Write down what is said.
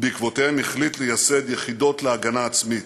ובעקבותיהם החליט לייסד יחידות להגנה עצמית.